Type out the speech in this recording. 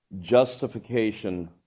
justification